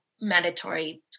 mandatory